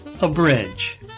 Abridge